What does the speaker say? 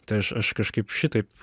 tai aš aš kažkaip šitaip